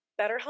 BetterHelp